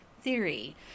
theory